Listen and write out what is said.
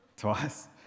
twice